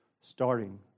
starting